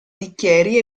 bicchieri